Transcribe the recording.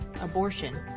abortion